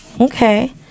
Okay